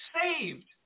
saved